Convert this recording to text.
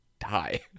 die